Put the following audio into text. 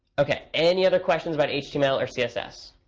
ok, any other questions about html or css?